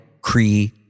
Cree